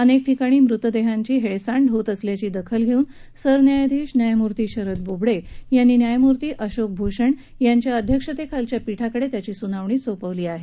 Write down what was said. अनेक ठिकाणी मृतदेहांची हेळसांड होत असल्याची दखल घेऊन सरन्यायाधीश न्यायमूर्ती शरद बोबडे यांनी न्यायमूर्ती अशोक भूषण यांच्या अध्यक्षतेखालच्या पीठाकडे त्याची सूनावणी सोपवली आहे